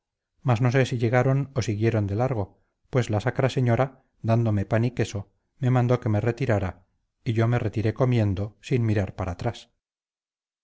mas no sé si llegaron o siguieron de largo pues la sacra señora dándome pan y queso me mandó que me retirara y yo me retiré comiendo sin mirar para atrás